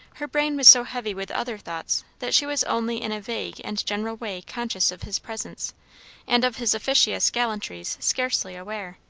her brain was so heavy with other thoughts that she was only in a vague and general way conscious of his presence and of his officious gallantries scarcely aware.